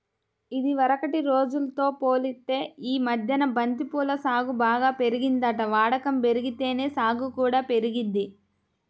ఇదివరకటి రోజుల్తో పోలిత్తే యీ మద్దెన బంతి పూల సాగు బాగా పెరిగిందంట, వాడకం బెరిగితేనే సాగు కూడా పెరిగిద్ది